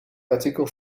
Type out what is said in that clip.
artikel